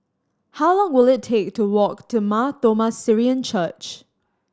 how long will it take to walk to Mar Thoma Syrian Church